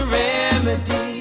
remedy